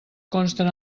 consten